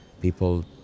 People